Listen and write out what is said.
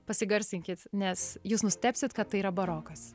pasigarsinkit nes jūs nustebsit kad tai yra barokas